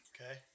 Okay